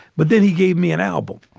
but then he gave me an album,